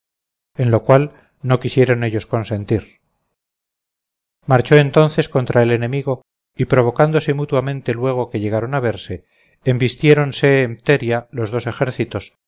en lo cual no quisieron ellos consentir marchó entonces contra el enemigo y provocándose mutuamente luego que llegaron a verse embistiéronse en pteria los dos ejércitos